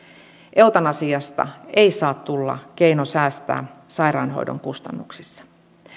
eutanasiasta ei saa tulla keino säästää sairaanhoidon kustannuksissa